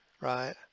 right